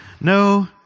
No